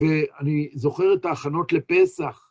ואני זוכר את ההכנות לפסח.